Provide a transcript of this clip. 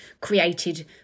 created